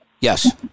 Yes